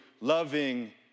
loving